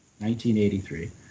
1983